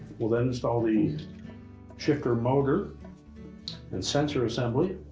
we'll then install the shifter motor and sensor assembly